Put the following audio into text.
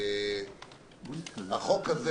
החוק הזה